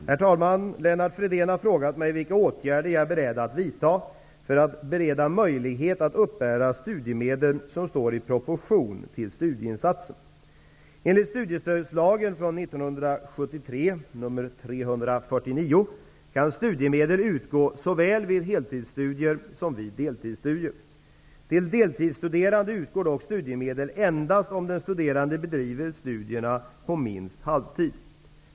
Herr talman! Lennart Fridén har frågat mig vilka åtgärder jag är beredd att vidtaga för att bereda möjlighet att uppbära studiemedel som står i proportion till studieinsatsen. Till deltidsstuderande utgår dock studiemedel endast om den studerande bedriver studierna på minst halvtid.